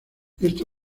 esta